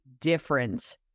different